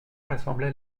rassembla